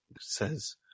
says